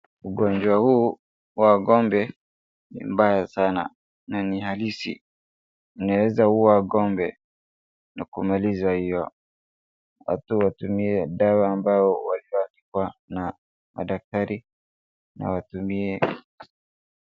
Ugonjwa huu wa ng'ombe ni mbaya sana na ni halisi inaweza ua ng'ombe na kumaliza watu watumie dawa ambayo wameabiwa na madaktari na watumie.